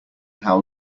how